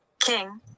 King